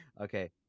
Okay